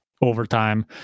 overtime